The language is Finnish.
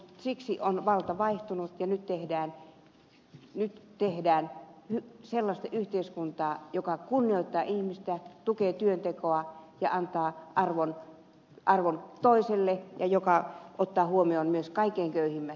siksi on valta vaihtunut ja nyt tehdään sellaista yhteiskuntaa joka kunnioittaa ihmistä tukee työntekoa ja antaa arvon toiselle ja joka ottaa huomioon myös kaikkein köyhimmät